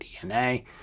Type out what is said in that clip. DNA